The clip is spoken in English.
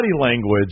language